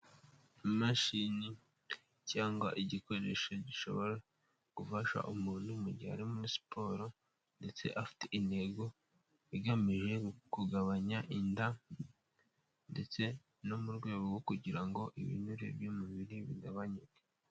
Imashini cyangwa igikoresho gishobora gufasha umuntu mu gihe ari muri siporo ndetse afite intego igamije kugabanya inda ndetse no mu rwego rwo kugira ngo ibinure by'umubiri bigabanyuke.